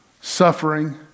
suffering